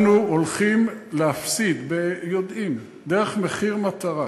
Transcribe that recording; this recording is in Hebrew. אנחנו הולכים להפסיד ביודעין, דרך מחיר מטרה